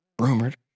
rumored